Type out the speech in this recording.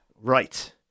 Right